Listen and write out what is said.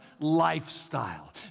lifestyle